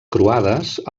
croades